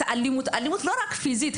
האלימות היא לא רק פיזית,